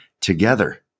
together